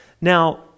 Now